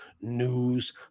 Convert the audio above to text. news